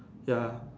ya